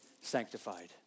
sanctified